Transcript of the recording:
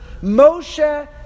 Moshe